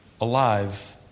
alive